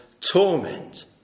torment